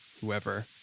whoever